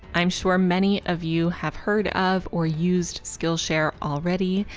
i'm sure many of you have heard of or used skillshare already,